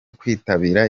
kwitabira